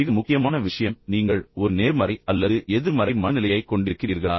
மிக முக்கியமான விஷயம் நீங்கள் ஒரு நேர்மறை அல்லது எதிர்மறை மனநிலையைக் கொண்டிருக்கிறீர்களா